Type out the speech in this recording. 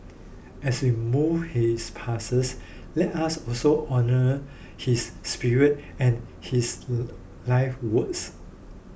as we mourn his passes let us also honour his spirit and his life's works